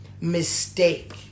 mistake